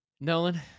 Nolan